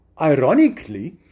Ironically